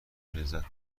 لذت